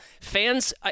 fans